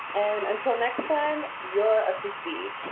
and until next time, you're up to speed.